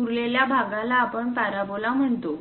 उरलेल्या भागाला आपण पॅराबोला म्हणतो